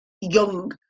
young